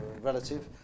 relative